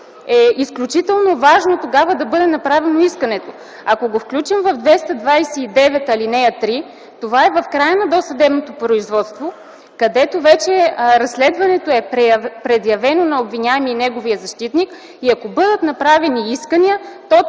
изключително важно е тогава да бъде направено искането. Ако го включим в чл. 229, ал. 3, това е в края на досъдебното производство, където вече е предявено разследването на обвиняемия и неговия защитник. Ако бъдат направени искания,